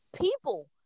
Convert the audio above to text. people